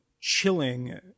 chilling